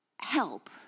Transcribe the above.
help